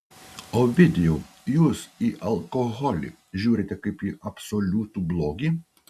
ovidijau jūs į alkoholį žiūrite kaip į absoliutų blogį